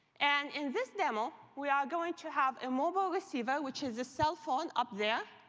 and in this demo, we are going to have a mobile receiver, which is a cell phone, up there.